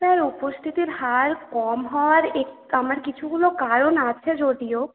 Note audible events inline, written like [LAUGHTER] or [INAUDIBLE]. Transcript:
sir উপস্থিতির হার কম হওয়ার [UNINTELLIGIBLE] আমার কিছুগুলো কারণ আছে যদিও